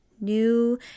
new